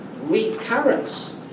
recurrence